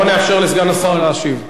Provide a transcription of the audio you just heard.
בואו נאפשר לסגן השר להשיב.